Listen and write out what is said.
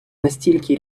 настільки